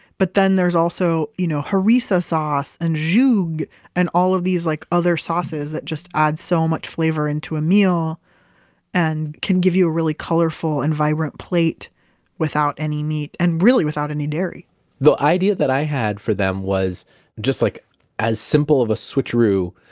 but then there's also you know harissa sauce and zhug and all of these like other sauces that just add so much flavor into a meal and can give you a really colorful and vibrant plate without any meat, and really without any dairy the idea that i had for them was just like as simple of a switcheroo,